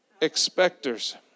expectors